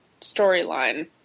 storyline